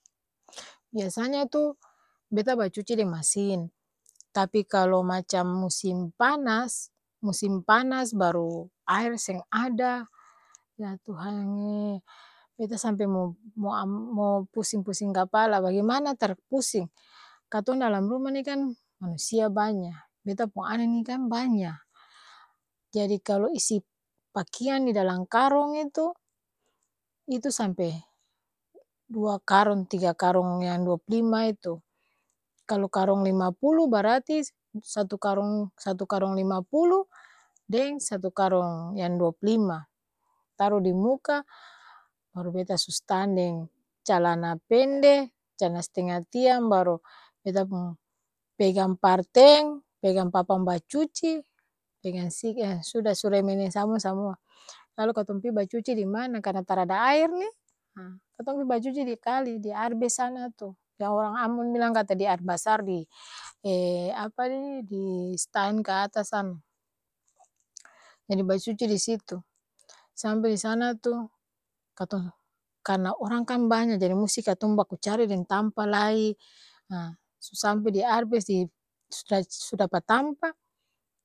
Biasanya tu, beta bacuci deng masin, tapi kalo macam musim panas, musim panas baru aer seng ada, ya tuhang'eee beta sampe moo mo am' mo-pusing-pusing kapala bagemana tar pusing! Katong dalam ruma ni kan, manusia banya, beta pung ana ni kan banya, jadi kalo isi'p pakiang di dalang karong itu, itu sampe, dua karong tiga karong yang dua'p lima itu, kalo karong lima pulu, barati satu karong, satu karong lima pulu, deng satu karong yang dua'p lima, taro di muka, baru beta su stan deng calana pende, cal'na s'tenga tiang baru, beta pung, pegang parteng, pegang papang bacuci, dengan sika' ha sudah su rembeng deng sabong samua, lalu katong pi bacuci di mana? Karna tarada aer ni ha katong pi bacuci di kali di arbes sana tu, yang orang ambon bilang kata di aer basar di di stain ka atas sana jadi bacuci disitu, sampe disana tu, katong karna orang kan banya jadi musti katong baku cari deng tampa lai, haa su sampe di arbes'i sud' su dapa tampa.